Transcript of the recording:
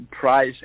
price